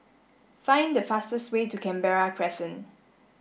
find the fastest way to Canberra Crescent